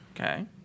Okay